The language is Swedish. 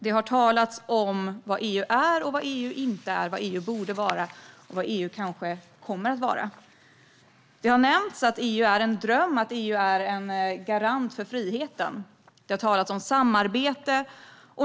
Det har talats om vad EU är, vad EU inte är, vad EU borde vara och vad EU kanske kommer att vara. Det har nämnts att EU är en dröm och en garant för frihet, och det har talats om samarbete.